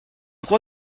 crois